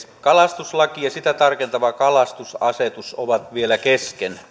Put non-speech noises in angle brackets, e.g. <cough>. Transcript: <unintelligible> kalastuslaki ja sitä tarkentava kalastusasetus ovat vielä kesken